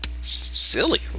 silly